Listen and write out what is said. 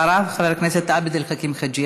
אחריו, חבר הכנסת עבד אל חכים חאג'